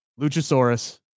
Luchasaurus